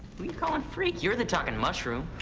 who you calling freak? you're the talking mushroom